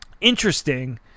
interesting